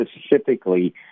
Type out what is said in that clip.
specifically